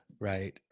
right